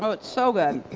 but so good.